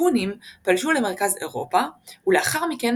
ההונים פלשו למרכז אירופה ולאחר מכן,